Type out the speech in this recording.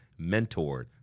mentored